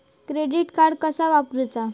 Credit card कसा वापरूचा?